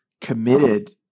committed